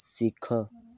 ଶିଖ